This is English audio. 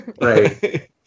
Right